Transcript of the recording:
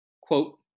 quote